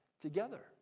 together